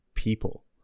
people